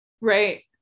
right